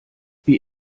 wie